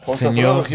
señor